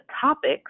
topics